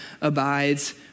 abides